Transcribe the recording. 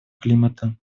климата